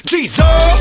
Jesus